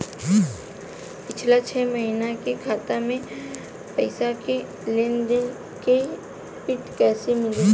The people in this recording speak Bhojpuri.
पिछला छह महीना के खाता के पइसा के लेन देन के प्रींट कइसे मिली?